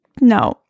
no